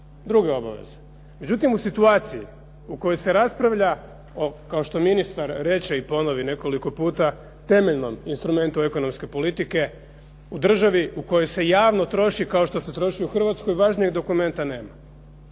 druge obaveze. Međutim, u situaciji u kojoj se raspravlja u kojoj ministar reče i ponovi nekoliko puta temeljnom instrumentu ekonomske politike, u državi u kojoj se javno troši kao što se troši u Hrvatskoj, važnijeg dokumenta nema,